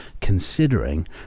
considering